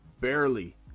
barely